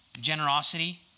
generosity